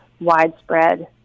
widespread